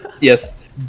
Yes